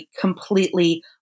completely